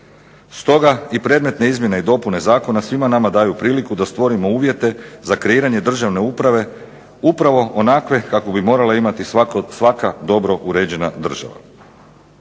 Stoga i predmetne izmjene i dopune zakona svima nama daju priliku da stvorimo uvjete za kreiranje državne uprave upravo onakve kakvu bi morala imati svaka dobro uređena država.